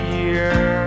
year